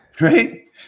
right